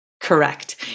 Correct